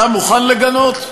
אתה מוכן לגנות?